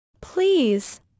Please